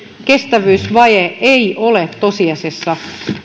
kestävyysvaje ei ole tosiasiassa